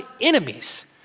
enemies